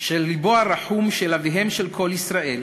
של לבו הרחום של אביהם של כל ישראל,